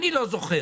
אני לא זוכר.